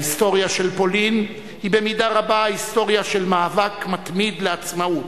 ההיסטוריה של פולין היא במידה רבה ההיסטוריה של מאבק מתמיד לעצמאות.